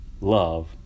love